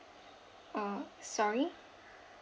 uh sorry